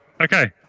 okay